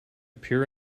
pure